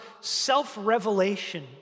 self-revelation